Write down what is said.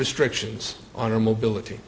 restrictions on our mobility